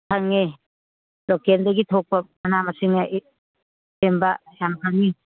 ꯐꯪꯉꯦ ꯂꯣꯀꯦꯜꯗ ꯊꯣꯛꯄ ꯃꯅꯥ ꯃꯁꯤꯡꯅꯆꯤꯡꯕ ꯌꯥꯝ ꯐꯪꯉꯤ